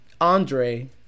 Andre